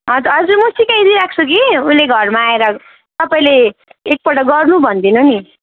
हजुर म सिकाइदिई राख्छु कि उसले घरमा आएर तपाईँले एकपल्ट गर्नु भनिदिनु नि